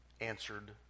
answered